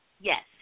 Yes